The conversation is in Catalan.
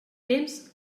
temps